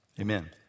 amen